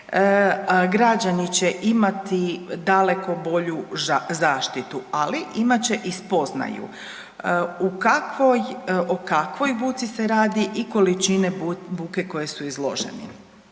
građani će imati daleko bolju zaštitu, ali imat će i spoznaju u kakvoj, o kakvoj buci se radi i količine buke kojoj su izloženi.